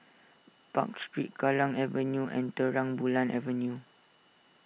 Park Street Kallang Avenue and Terang Bulan Avenue